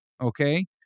Okay